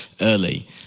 early